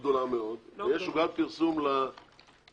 זה יהיה יותר גרוע מאשר להעביר את החוק.